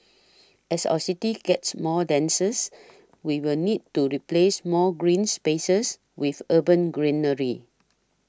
as our city gets more we will need to replace more green spaces with urban greenery